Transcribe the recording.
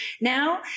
Now